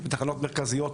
בתחנות מרכזיות.